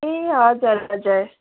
ए हजुर हजुर